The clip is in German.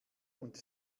und